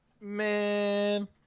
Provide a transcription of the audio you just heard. Man